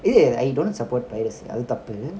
ya I don't support piracy அதுதப்பு:adhu thappu